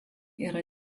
yra